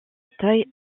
tailles